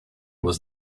was